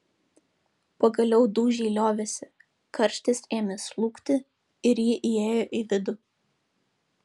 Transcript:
pagaliau dūžiai liovėsi karštis ėmė slūgti ir ji įėjo į vidų